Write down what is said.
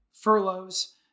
furloughs